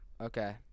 Okay